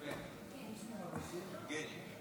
יבגני.